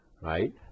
right